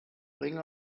bringe